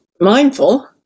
mindful